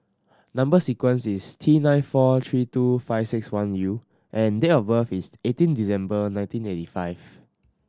number sequence is T nine four three two five six one U and date of birth is eighteen December nineteen eighty five